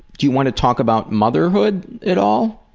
you wanna talk about motherhood at all?